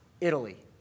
Italy